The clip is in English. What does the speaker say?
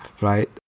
right